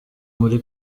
muri